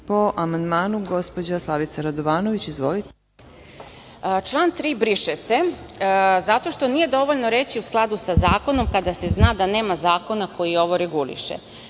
po amandmanu. **Slavica Radovanović** Član 3. briše se zato što nije dovoljno reći u skladu sa zakonom kada se zna da nema zakona koji ovo reguliše.